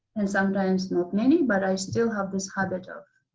and sometimes not many, but i still have this habit of